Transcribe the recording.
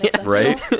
right